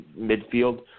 midfield